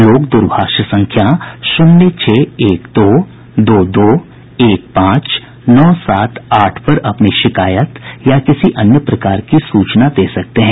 लोग द्रभाष संख्या शून्य छह एक दो दो दो एक पांच नौ सात आठ पर अपनी शिकायत या किसी अन्य प्रकार की सूचना दे सकते हैं